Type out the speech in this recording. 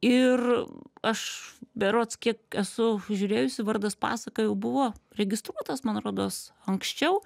ir aš berods kiek esu žiūrėjusi vardas pasaka jau buvo registruotas man rodos anksčiau